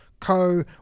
co